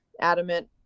adamant